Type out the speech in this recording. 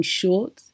short